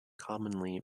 commonly